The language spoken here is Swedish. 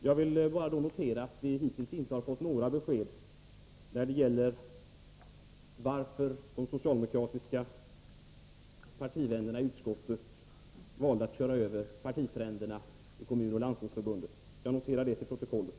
Jag vill bara notera att vi hittills inte har fått några besked när det gäller varför socialdemokraterna i utskottet valde att köra över partifränderna i kommunoch landstingsförbunden. Jag noterar detta till protokollet.